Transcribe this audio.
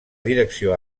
direcció